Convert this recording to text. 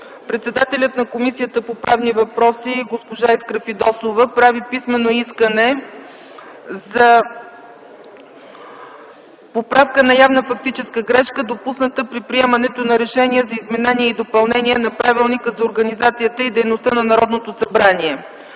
председателят на Комисията по правни въпроси госпожа Искра Фидосова прави писмено искане за поправка на явна фактическа грешка, допусната при приемането на Решение за изменение и допълнение на Правилника за организацията и дейността на Народното събрание.